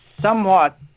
somewhat